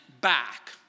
back